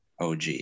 OG